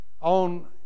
on